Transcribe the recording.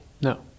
No